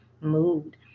mood